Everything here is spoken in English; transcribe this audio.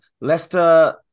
Leicester